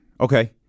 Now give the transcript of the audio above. Okay